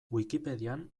wikipedian